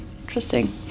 Interesting